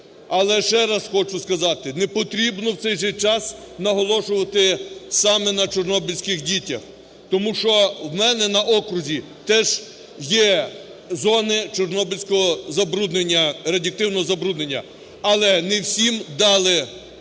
Але ще раз хочу сказати, не потрібно в цей же час наголошувати саме на чорнобильських дітях, тому що в мене на окрузі теж є зони чорнобильського забруднення, радіоактивного забруднення, але не всім ждали цей